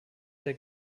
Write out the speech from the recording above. der